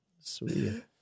Sweet